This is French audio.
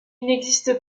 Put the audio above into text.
n’existe